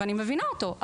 אני מבינה אותו,